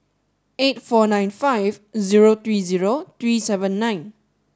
eight four nine five zero three zero three seven nine